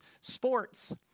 sports